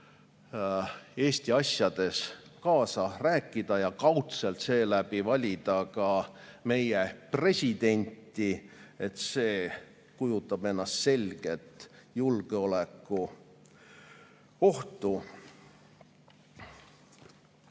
Eesti asjades kaasa rääkida ja kaudselt seeläbi valida ka meie presidenti – see kujutab endast selget julgeolekuohtu.